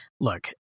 look